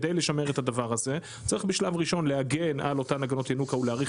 כדי לשמר את הדבר הזה צריך בשלב ראשון להגן על אותן הגנות ינוקא ולהאריך